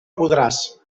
podràs